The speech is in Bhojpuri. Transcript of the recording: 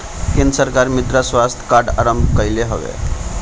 केंद्र सरकार मृदा स्वास्थ्य कार्ड आरंभ कईले हवे